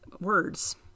words